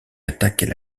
attaquent